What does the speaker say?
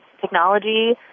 technology